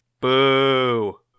Boo